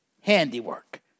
handiwork